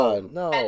no